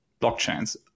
blockchains